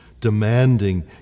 demanding